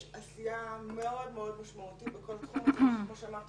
יש עשייה מאוד משמעותית בכל התחום שהוא חדשני,